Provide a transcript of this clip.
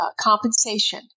compensation